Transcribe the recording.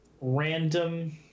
random